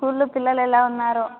స్కూల్లో పిల్లలు ఎలా ఉన్నారు